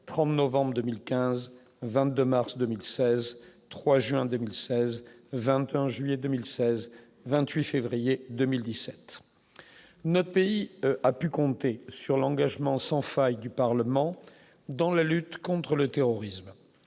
30 novembre 2015 22 mars 2016, 3 juin 2016, 21 juillet 2016, 28 février 2017, notre pays a pu compter sur l'engagement sans faille du Parlement dans la lutte contre le terrorisme,